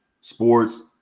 sports